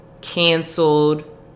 canceled